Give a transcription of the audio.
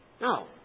No